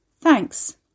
Thanks